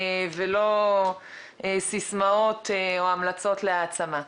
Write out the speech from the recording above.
ולא סיסמאות או המלצות להעצמה.